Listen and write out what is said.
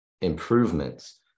improvements